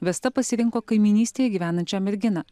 vesta pasirinko kaimynystėj gyvenančią merginą